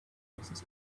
access